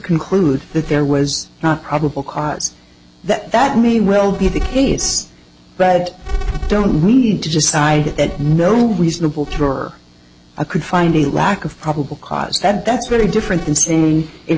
conclude that there was not probable cause that that may well be the case but don't need to decide that no reasonable to you or i could find the lack of probable cause that that's very different than saying it